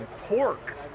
pork